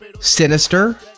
Sinister